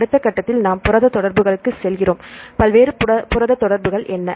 அடுத்த கட்டத்தில் நாம் புரத தொடர்புகளுக்குச் செல்கிறோம் பல்வேறு புரத தொடர்புகள் என்ன